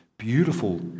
beautiful